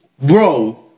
Bro